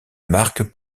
marque